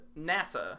NASA